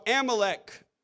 Amalek